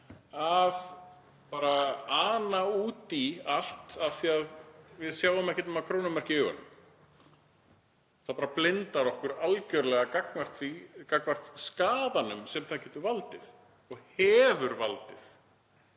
bara ana út í allt af því að við sjáum ekkert nema krónumerki í augunum. Það blindar okkur algjörlega gagnvart skaðanum sem þetta getur valdið og hefur valdið